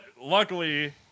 luckily